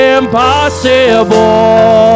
impossible